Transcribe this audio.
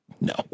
No